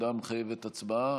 ההודעה מחייבת הצבעה?